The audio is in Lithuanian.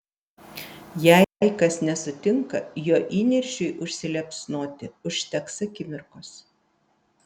jei kas nesutinka jo įniršiui užsiliepsnoti užteks akimirkos